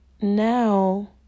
now